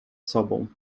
sobą